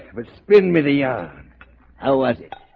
but spin me leon how was it?